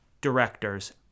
directors